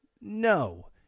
No